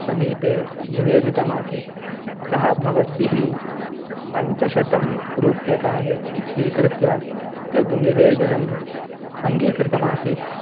समीपे निवेदितमासीत् अतः भवद्भिः पञ्चशतं रूप्यकाणि स्वीकृत्य तत् निवेदनम् अङ्गीकृतमासीत्